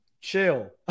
chill